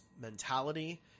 mentality